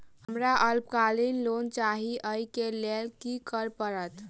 हमरा अल्पकालिक लोन चाहि अई केँ लेल की करऽ पड़त?